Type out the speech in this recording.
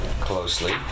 closely